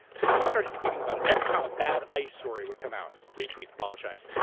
but he started tweeting about it, every time a bad ice story would come out, retweet abolish ice.